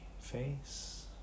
face